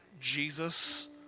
Jesus